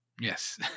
Yes